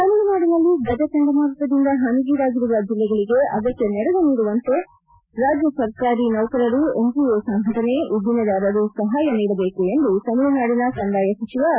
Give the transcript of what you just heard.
ತಮಿಳುನಾಡಿನಲ್ಲಿ ಗಜ ಚಂಡಮಾರುತದಿಂದ ಹಾನಿಗೀಡಾಗಿರುವ ಜಿಲ್ಲೆಗಳಿಗೆ ಅಗತ್ಯ ನೆರವು ನೀಡುವ ಕುರಿತಂತೆ ರಾಜ್ಯ ಸರ್ಕಾರಿ ನೌಕರರು ಎನ್ಜಿಒ ಸಂಘಟನೆ ಉದ್ದಿಮೆದಾರರು ಸಹಾಯ ನೀಡಬೇಕು ಎಂದು ತಮಿಳುನಾಡಿನ ಕಂದಾಯ ಸಚಿವ ಆರ್